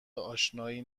اشنایی